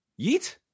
Yeet